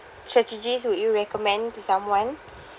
strategies would you recommend to someone